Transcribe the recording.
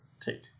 take